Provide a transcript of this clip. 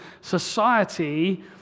society